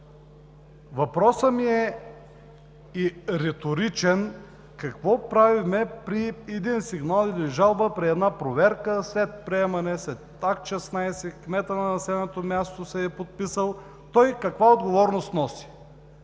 Въпросът ми е и риторичен: какво правим при един сигнал или жалба, при една проверка? След приемането, след Акт 16 и кметът на населеното място се е подписал. Той каква отговорност носи?!